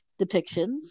depictions